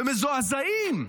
ומזועזעים.